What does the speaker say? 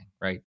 right